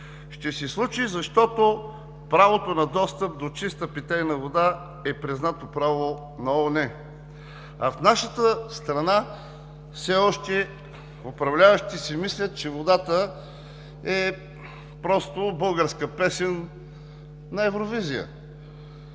Ще се случи, защото правото на достъп до чиста питейна вода е признато право на ООН, а в нашата страна управляващите все още си мислят, че водата е просто българска песен на Евровизия.